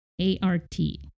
A-R-T